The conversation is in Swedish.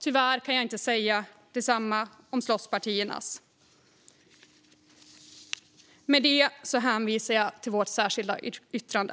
Tyvärr kan jag inte säga samma sak om slottspartiernas. Med detta hänvisar jag till Vänsterpartiets särskilda yttrande.